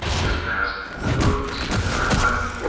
he is nasty, and odious in every way.